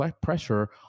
pressure